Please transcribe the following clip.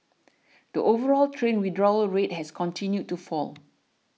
the overall train withdrawal rate has continued to fall